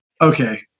Okay